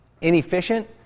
inefficient